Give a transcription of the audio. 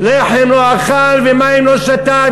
לחם לא אכל ומים לא שתה,